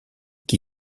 qui